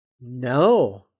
No